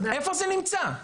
איפה זה נמצא?